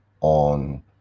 on